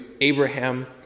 Abraham